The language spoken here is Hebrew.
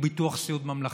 הוא ביטוח סיעוד ממלכתי.